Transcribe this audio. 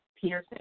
Peterson